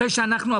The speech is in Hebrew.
כשאנחנו,